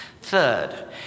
Third